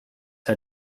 had